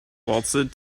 waltzed